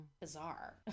bizarre